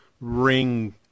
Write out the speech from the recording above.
ring